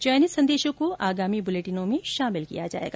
चयनित संदेशों को आगामी बुलेटिनों में शामिल किया जाएगा